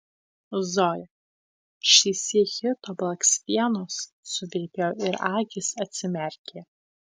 zoja šįsyk hito blakstienos suvirpėjo ir akys atsimerkė